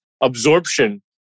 absorption